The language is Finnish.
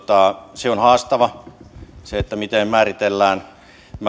se on haastavaa miten tämä määritellään